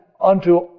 unto